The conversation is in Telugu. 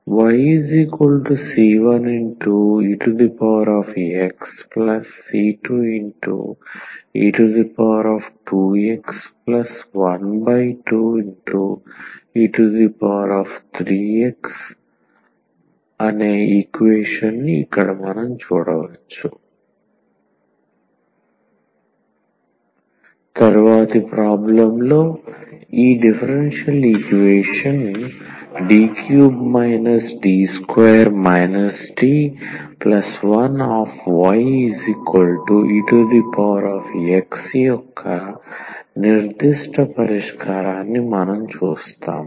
yc1exc2e2x12e3x తరువాతి ప్రాబ్లెమ్ లో ఈ differential equation D3 D2 D1yex యొక్క నిర్దిష్ట పరిష్కారాన్ని మనం చూస్తాము